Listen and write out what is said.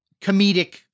comedic